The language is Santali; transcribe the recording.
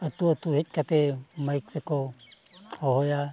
ᱟᱹᱛᱩ ᱟᱹᱛᱩ ᱦᱮᱡ ᱠᱟᱛᱮᱫ ᱢᱟᱹᱭᱤᱠ ᱛᱮᱠᱚ ᱦᱚᱦᱚᱭᱟ